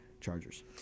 Chargers